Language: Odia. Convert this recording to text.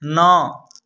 ନଅ